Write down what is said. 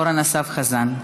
אורן אסף חזן.